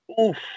Oof